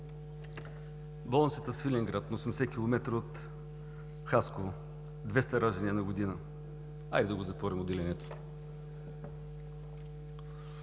Болницата в Свиленград – на 80 км от Хасково – 200 раждания на година. Хайде да затворим отделението!